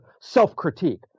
self-critique